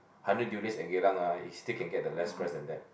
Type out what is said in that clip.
hundred durians at Geylang ah you still can get the less price than that